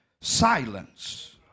Silence